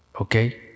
Okay